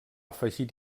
afegir